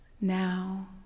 Now